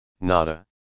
nada